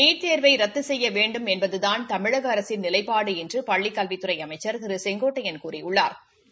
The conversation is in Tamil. நீட் தேர்வை ரத்து செய்ய வேண்டும் என்பதுதாள் தமிழக அரசின் நிலைப்பாடு என்று பள்ளிக் கல்வித்துறை அமைச்சா் திரு செங்கோட்டையன் கூறியுள்ளாா்